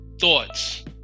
thoughts